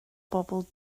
bobol